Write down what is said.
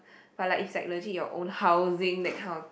but like is like legit your own housing that kind of thing